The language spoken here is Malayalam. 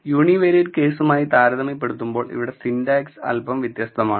യൂണിവേരിയേറ്റ് കേസുമായി താരതമ്യപ്പെടുത്തുമ്പോൾ ഇവിടെ സിന്റാക്സ് അല്പം വ്യത്യസ്തമാണ്